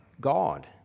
God